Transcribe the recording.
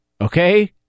okay